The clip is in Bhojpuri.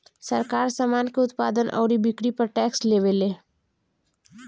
सरकार, सामान के उत्पादन अउरी बिक्री पर टैक्स लेवेले